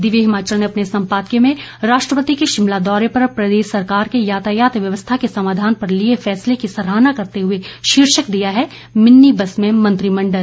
दिव्य हिमाचल ने अपने संपादकीय में राष्ट्रपति के शिमला दौरे पर प्रदेश सरकार के यातायात व्यवस्था के समाधान पर लिए फैसले की सराहना करते हुए शीर्षक दिया है मिनी बस में मंत्रिमंडल